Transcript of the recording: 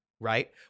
right